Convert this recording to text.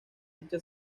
dicha